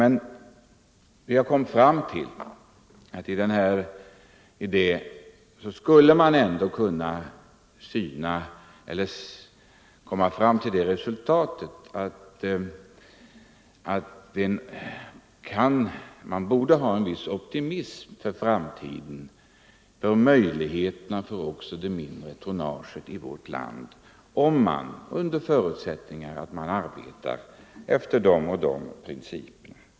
Men vi har kommit fram till att man ändå borde ha en viss optimism för framtiden när det gäller möjligheterna för även det mindre tonnaget i vårt land, under förutsättning att man arbetar efter vissa principer.